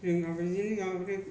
जोंहा बिदिनो